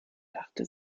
dachte